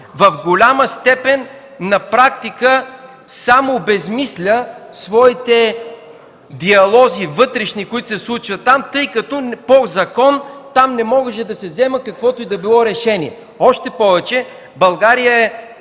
в голяма степен на практика сам обезсмисля своите вътрешни диалози, които се случват, тъй като по закон там не може да се взема каквото и да било решение. Още повече, България е